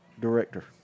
director